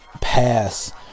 pass